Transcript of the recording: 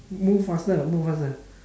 move faster move faster